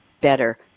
better